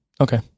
Okay